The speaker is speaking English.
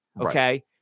Okay